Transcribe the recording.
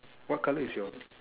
what color is your